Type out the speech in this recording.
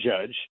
judge